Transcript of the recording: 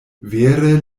vere